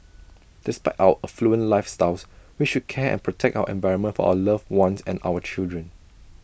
despite our affluent lifestyles we should care and protect our environment for our loved ones and our children